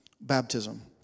baptism